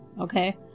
Okay